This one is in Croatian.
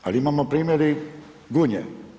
Ali imamo primjer i Gunje.